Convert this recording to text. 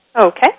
Okay